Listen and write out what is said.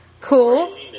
cool